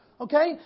okay